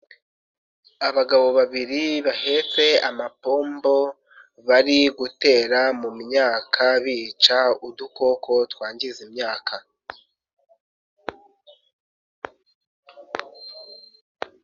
Abagabo babiri bahetse amapombo bari gutera mu myaka bica udukoko twangiza imyaka.